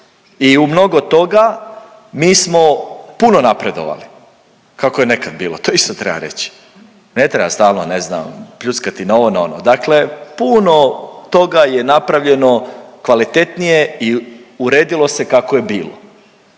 i u mnogo toga mi smo puno napredovali, kako je nekad bilo. To isto treba reći. Ne treba stalno, ne znam, pljuckati na ovo, na ono. Dakle puno toga je napravljeno kvalitetnije i uredilo se kako je bilo.